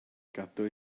gadw